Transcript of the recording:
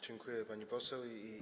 Dziękuję, pani poseł.